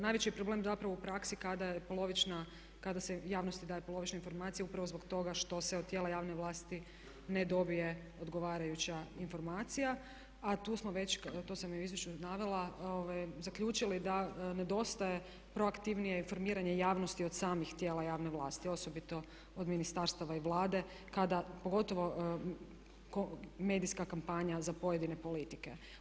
Najveći problem zapravo u praksi kada polovična, kada se javnosti daje polovična informacija upravo zbog toga što se od tijela javne vlasti ne dobije odgovarajuća informacija a tu sam već to sam i u izvješću navela zaključili da nedostaje pro aktivnije informiranje javnosti od samih tijela javne vlasti, osobito od Ministarstava i Vlade kada pogotovo medijska kampanja za pojedine politike.